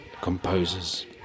composers